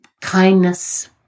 kindness